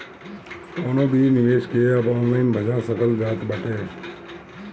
कवनो भी निवेश के अब ऑनलाइन भजा सकल जात बाटे